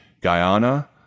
guyana